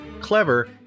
clever